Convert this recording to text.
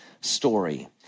story